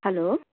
hello